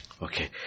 Okay